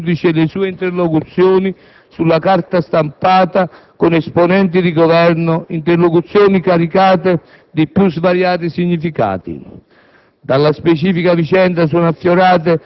un caso riguardante un singolo giudice e le sue interlocuzioni sulla carta stampata con esponenti di Governo, interlocuzioni caricate dei più svariati significati.